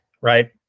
Right